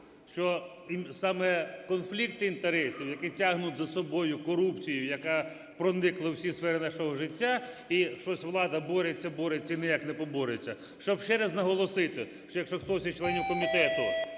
що саме конфлікти інтересів, які тягнуть за собою корупцію, яка проникла у всі сфери нашого життя і щось влада бореться, бореться і ніяк не побореться. Щоб ще раз наголосити, що якщо хтось із членів комітету